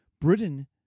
Britain